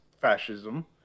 fascism